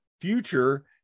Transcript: future